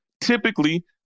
Typically